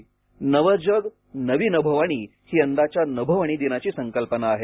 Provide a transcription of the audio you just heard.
नवं जग नवी नभोवाणी ही यंदाच्या नभोवाणी दिनाची संकल्पना आहे